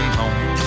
home